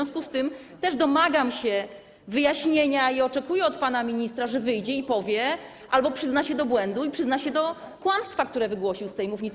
W związku z tym też domagam się wyjaśnienia i oczekuję od pana ministra, że wyjdzie i powie albo przyzna się do błędu i przyzna się do kłamstwa, które wygłosił z tej mównicy.